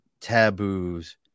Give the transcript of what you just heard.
taboos